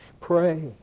Pray